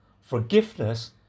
forgiveness